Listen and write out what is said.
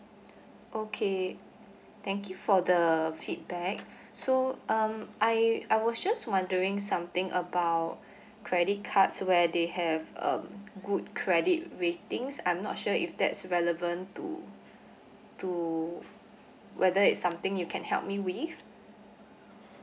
okay thank you for the feedback so um I I was just wondering something about credit cards where they have um good credit ratings I'm not sure if that's relevant to to whether it's something you can help me with